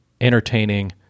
entertaining